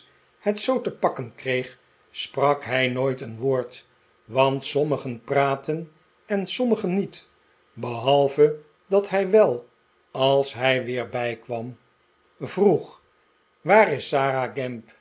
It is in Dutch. het zoo te pakken kreeg sprak hij nooit een woord want sommigen praten en sommigen niet behalve dat hij wel als hij weer bijkwam vroeg waar is